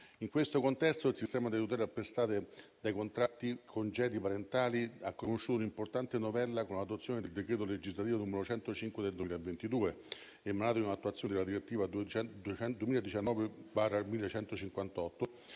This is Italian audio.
In questo contesto il sistema delle tutele apprestate dai cosiddetti congedi parentali ha conosciuto un'importante novella con l'adozione del decreto legislativo n. 105 del 2022, emanato in attuazione della direttiva UE 2019/1158